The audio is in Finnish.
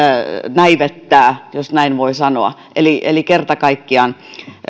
näivettää jos näin voi sanoa eli eli kerta kaikkiaan